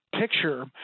picture